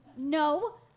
No